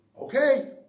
okay